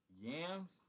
yams